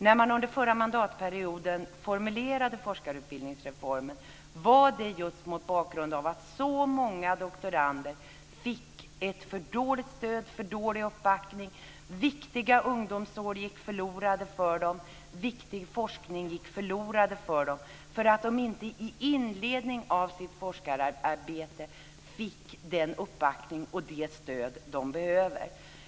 När man under den förra mandatperioden formulerade forskarutbildningsreformen var det just mot bakgrund av att så många doktorander fick ett för dåligt stöd och en för dålig uppbackning. Viktiga ungdomsår och viktig forskning gick förlorade för dem för att de inte i inledningen av sitt forskararbete fick den uppbackning och det stöd som de behöver.